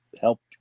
helped